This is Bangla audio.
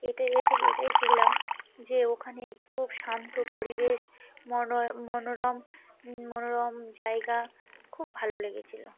এটা এ থেকে এটাই শিখলাম যে ওখানে খুব শান্ত পরিবেশ মন এ মনোরম মনোরম জায়গা খুব ভালো লেগেছিল